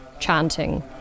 chanting